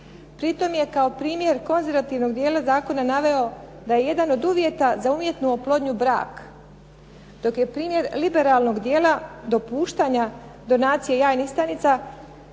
Pritom je kao primjer konzervativnog dijela zakona naveo da je jedan od uvjeta za umjetnu oplodnju brak. Dok je primjer liberalnog dijela dopuštanja donacije jajnih stranica